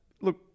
look